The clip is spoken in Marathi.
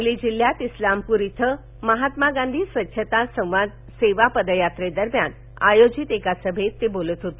सांगली जिल्ह्यात इस्लामप्र इथं महात्मा गांधी स्वच्छता संवाद सेवा पदयात्रे दरम्यान आयोजित सभेत ते काल बोलत होते